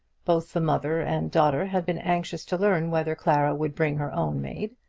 both the mother and daughter had been anxious to learn whether clara would bring her own maid.